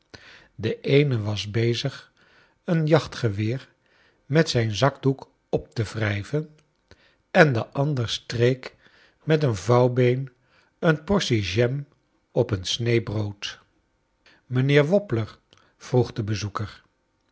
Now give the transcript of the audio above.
de eene was be zig een jachtgeweer met zijn zakdoek op te wrijven en de andere streek met een vouwbeen een portie jam op een snee brood mijnheer wobbler vroeg de bezoeker